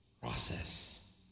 process